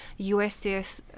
USCS